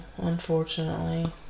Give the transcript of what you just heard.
unfortunately